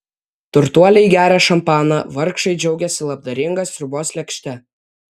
turtuoliai geria šampaną vargšai džiaugiasi labdaringa sriubos lėkšte